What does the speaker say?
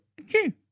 Okay